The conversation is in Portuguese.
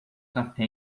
café